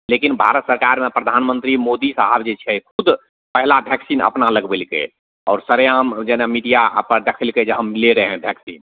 लेकिन भारत सरकारमे प्रधानमंत्री मोदी साहब जे छै खुद पहिला वैक्सीन अपना लगबेलकै आओर सरयाम जेना मीडियापर देखलकै जे हम ले रहय वैक्सीन